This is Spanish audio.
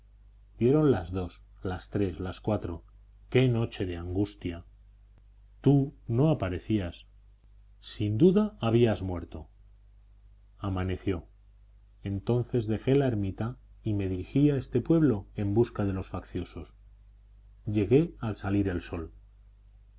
dieron las dos las tres las cuatro qué noche de angustia tú no aparecías sin duda habías muerto amaneció entonces dejé la ermita y me dirigí a este pueblo en busca de los facciosos llegué al salir el sol